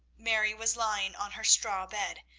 mary was lying on her straw bed,